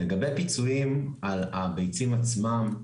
לגבי פיצויים על הביצים עצמן,